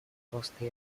роста